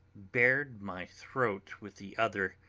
bared my throat with the other,